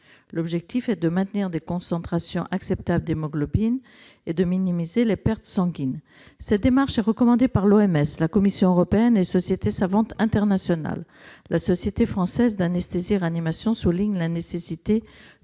L'objectif est de maintenir des concentrations acceptables d'hémoglobine, d'optimiser l'hémostase et de minimiser les pertes sanguines. Cette démarche est recommandée par l'OMS, la Commission européenne et les sociétés savantes internationales. La Société française d'anesthésie-réanimation souligne la nécessité